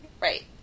right